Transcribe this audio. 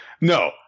No